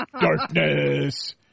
darkness